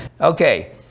Okay